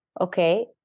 okay